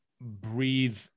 breathe